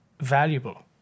valuable